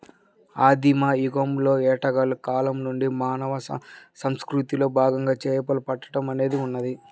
ఆదిమ యుగంలోని వేటగాళ్ల కాలం నుండి మానవ సంస్కృతిలో భాగంగా చేపలు పట్టడం అనేది ఉన్నది